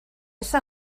esa